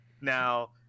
Now